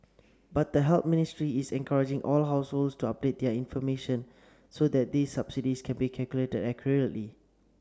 but the Health Ministry is encouraging all households to update their information so that these subsidies can be calculated accurately